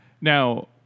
now